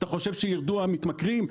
אתה חושב שירדו המתמכרים?